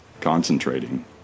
concentrating